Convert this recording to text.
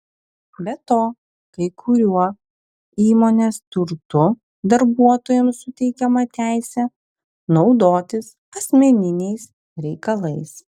be to kai kuriuo įmonės turtu darbuotojams suteikiama teisė naudotis asmeniniais reikalais